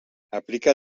aplica